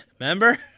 Remember